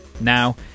Now